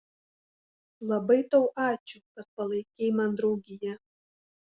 labai tau ačiū kad palaikei man draugiją